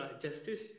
Justice